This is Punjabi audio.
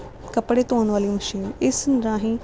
ਕੱਪੜੇ ਧੋਣ ਵਾਲੀ ਮਸ਼ੀਨ ਇਸ ਰਾਹੀਂ